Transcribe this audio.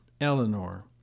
Eleanor